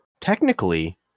technically